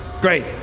Great